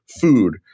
food